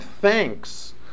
thanks